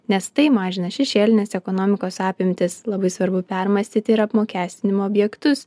nes tai mažina šešėlinės ekonomikos apimtis labai svarbu permąstyti ir apmokestinimo objektus